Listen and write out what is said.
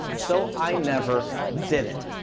so i never did it.